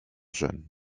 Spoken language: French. jeune